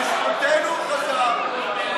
בזכותנו הוא חזר.